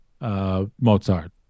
Mozart